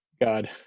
God